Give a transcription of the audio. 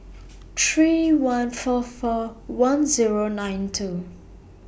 three one four four one Zero nine two